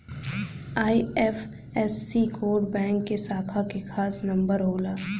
IFSC code bank के शाखा क खास नंबर होला